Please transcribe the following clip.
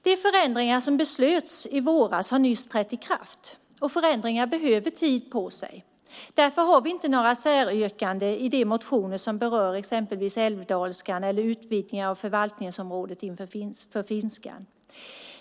De förändringar som beslöts i våras har nyss trätt i kraft, och förändringar behöver tid på sig. Därför har vi inte några säryrkanden i de motioner som berör exempelvis älvdalskan eller utvidgning av förvaltningsområdet för finskan.